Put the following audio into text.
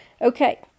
Okay